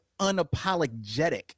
unapologetic